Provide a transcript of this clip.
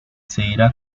seguirá